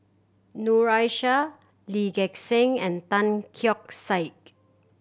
Noor Aishah Lee Gek Seng and Tan Keong Saik